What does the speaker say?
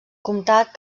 comtat